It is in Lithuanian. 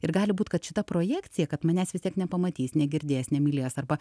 ir gali būt kad šita projekcija kad manęs vis tiek nepamatys negirdės nemylės arba